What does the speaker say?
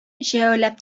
җәяүләп